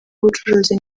w’ubucuruzi